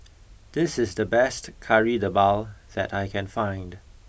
this is the best kari debal that I can find